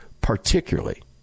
particularly